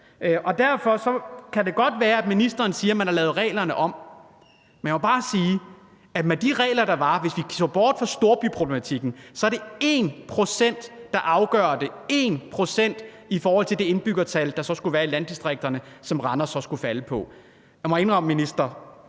Derfor kan det godt være, at ministeren siger, at man har lavet reglerne om, men jeg må bare sige, at med de regler, der var – og hvis vi så bort fra storbyproblematikken – så er det 1 pct., der afgør det, altså 1 pct. i forhold til det indbyggertal, der skulle være i landdistrikterne, og som Randers Kommune så skulle falde på. Jeg må spørge ministeren: